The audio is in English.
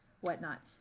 whatnot